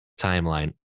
timeline